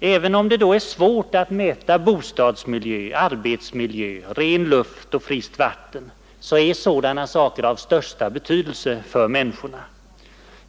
Även om det är svårt att mäta bostadsmiljö, arbetsmiljö, ren luft och friskt vatten, så är sådana saker av största betydelse för människorna.